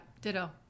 Ditto